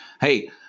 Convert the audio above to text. Hey